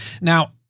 Now